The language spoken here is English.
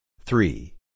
Three